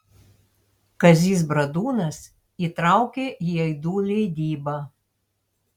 kazys bradūnas įtraukė į aidų leidybą